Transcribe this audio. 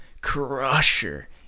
crusher